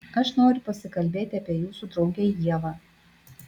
aš noriu pasikalbėti apie jūsų draugę ievą